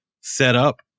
setup